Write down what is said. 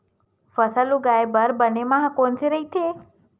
फसल उगाये बर बने माह कोन से राइथे?